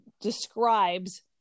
describes